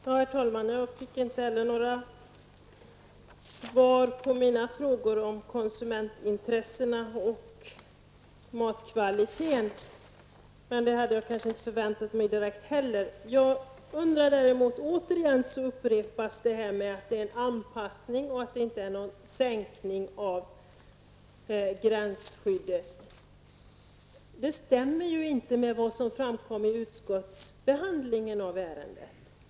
Herr talman! Inte heller jag fick några svar på mina frågor om konsumentintressena och matkvaliteten, men det hade jag kanske inte förväntat mig heller. Återigen upprepas detta med att det är fråga om en anpassning och inte någon sänkning av gränsskyddet. Det stämmer ju inte med vad som framkom vid utskottsbehandlingen av ärendet.